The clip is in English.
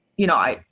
you know,